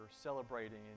celebrating